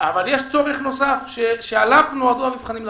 אבל יש צורך נוסף שעליו נועדו המבחנים לענות.